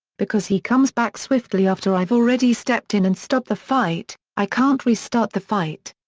because he comes back swiftly after i've already stepped in and stopped the fight, i can't restart the fight.